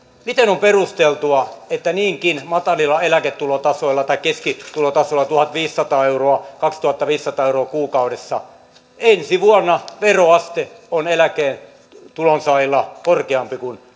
miten on perusteltua että niinkin matalilla eläketulotasoilla tai keskitulotasoilla tuhatviisisataa viiva kaksituhattaviisisataa euroa kuukaudessa ensi vuonna veroaste on eläketulonsaajilla korkeampi kuin